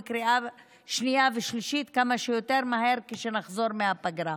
בקריאה השנייה והשלישית כמה שיותר מהר כשנחזור מהפגרה.